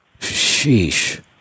Sheesh